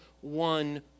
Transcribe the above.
one